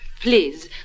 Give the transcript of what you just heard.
Please